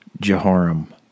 Jehoram